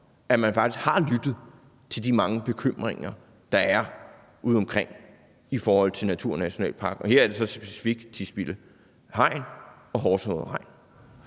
at man faktisk har lyttet til de mange bekymringer, der er udeomkring i forhold til naturnationalparker, og her er det så specifikt Tisvilde Hegn og Horserød Hegn.